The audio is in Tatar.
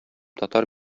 татар